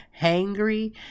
hangry